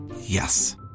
Yes